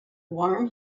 warm